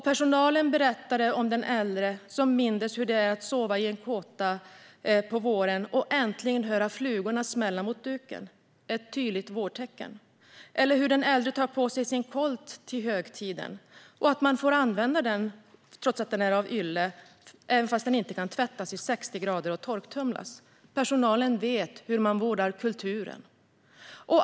Personalen berättade om den äldre som mindes hur det är att sova i en kåta på våren och äntligen höra flugor smälla mot duken - ett tydligt vårtecken. Det handlar om den äldre som tar på sig sin kolt till högtiden. Man får använda den trots att den är av ylle och inte kan tvättas i 60 grader och torktumlas, för personalen vet hur man vårdar kulturen.